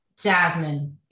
Jasmine